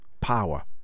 power